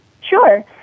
Sure